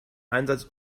einsatz